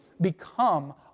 become